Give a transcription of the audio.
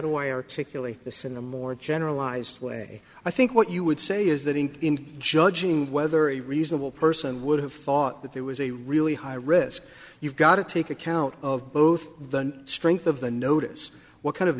do i articulate this in a more generalized way i think what you would say is that in judging whether a reasonable person would have thought that there was a really high risk you've got to take account of both the strength of the notice what kind of